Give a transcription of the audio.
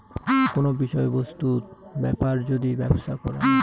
কোন বিষয় বস্তু বেপার যদি ব্যপছা করাং